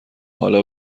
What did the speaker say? حالا